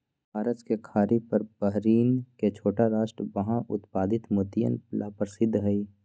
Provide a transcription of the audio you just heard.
फारस के खाड़ी पर बहरीन के छोटा राष्ट्र वहां उत्पादित मोतियन ला प्रसिद्ध हई